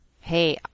hey